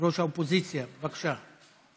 ראש האופוזיציה, בבקשה.